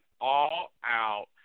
all-out